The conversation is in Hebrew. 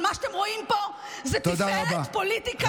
אבל מה שאתם רואים פה זה תפארת של פוליטיקה